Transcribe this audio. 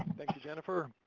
jennifer.